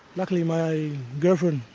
luckily my girlfriend